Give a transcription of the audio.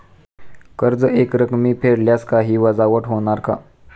कर्ज एकरकमी फेडल्यास काही वजावट होणार का?